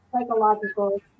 psychological